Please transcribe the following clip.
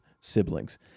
siblings